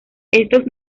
estos